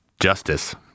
justice